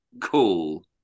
cool